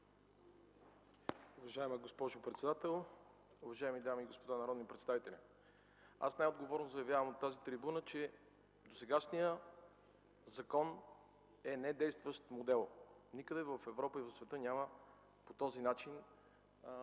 Уважаема госпожо председател, уважаеми дами и господа народни представители! Най-отговорно заявявам от тази трибуна, че досегашният закон е недействащ модел. Никъде в Европа и в света няма такъв закон,